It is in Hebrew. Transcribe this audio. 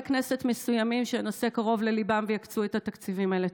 כנסת מסוימים שהנושא קרוב לליבם ויקצו את התקציבים האלה.